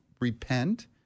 repent